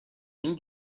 این